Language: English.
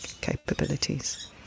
capabilities